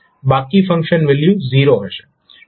બાકી function value 0 હશે